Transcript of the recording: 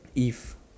if